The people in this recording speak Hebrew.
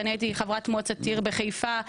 אני הייתי חברת מועצת עיר בחיפה,